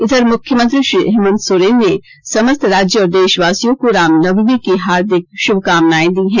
इधर मुख्यमंत्री श्री हेमन्त सोरेन ने समस्त राज्य और देशवासियों को रामनवमी की हार्दिक श्रभकामनाए दी हैं